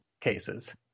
cases